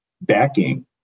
backing